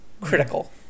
critical